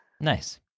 Nice